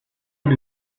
und